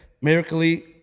miraculously